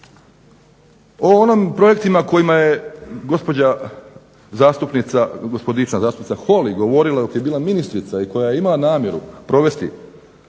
O onim projektima o kojima je gospodična zastupnica Holy govorila dok je bila ministrica i koja je imala namjeru provesti